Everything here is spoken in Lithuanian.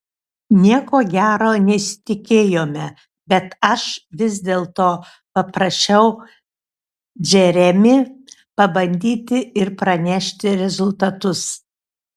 nieko gero nesitikėjome bet aš vis dėlto paprašiau džeremį pabandyti ir pranešti rezultatus